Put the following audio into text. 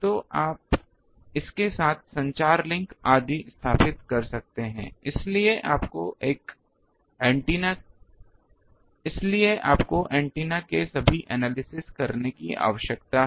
तो आप इसके साथ संचार लिंक आदि स्थापित कर सकते हैं इसके लिए आपको एंटीना के सभी विश्लेषण करने की आवश्यकता नहीं है